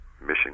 mission